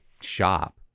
shop